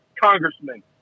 congressman